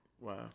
Wow